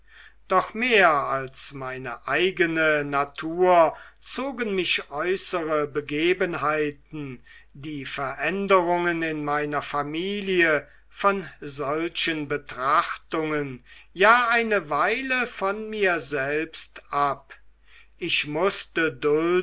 doch mehr als meine eigene natur zogen mich äußere begebenheiten die veränderungen in meiner familie von solchen betrachtungen ja eine weile von mir selbst ab ich mußte